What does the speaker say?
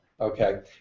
Okay